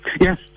Yes